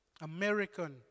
American